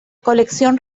colección